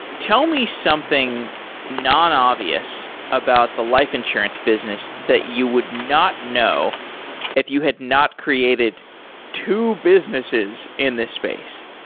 tell me something non-obvious about the life insurance business that you would not know if you had not created two businesses in this space?